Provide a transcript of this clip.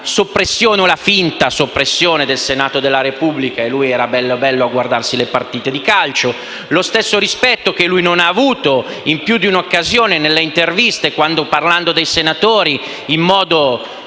soppressione o la finta soppressione del Senato della Repubblica e lui era bello bello a guardarsi le partite di calcio; lo stesso rispetto che lui non ha avuto nelle interviste, quando, a proposito dei senatori, in modo